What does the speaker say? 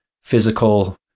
physical